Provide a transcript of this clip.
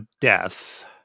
Death